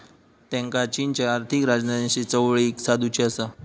त्येंका चीनच्या आर्थिक राजधानीशी जवळीक साधुची आसा